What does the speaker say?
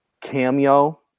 cameo